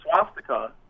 swastika